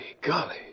golly